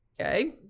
Okay